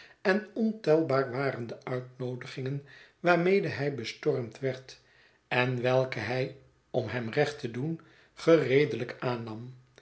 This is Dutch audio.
en ontelbaar waren de uitnoodigingen waarmede hij bestormd werd en welke hij om hem recht te doen geredelijk aannam